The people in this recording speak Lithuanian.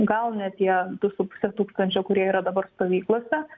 gal ne tie du su puse tūkstančio kurie yra dabar stovyklose